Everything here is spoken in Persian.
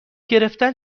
گرفتن